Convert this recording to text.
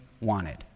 wanted